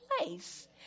place